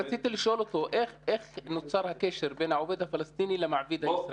רציתי לשאול אותך איך נוצר הקשר בין העובד הפלסטיני למעביד הישראלי.